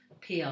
pr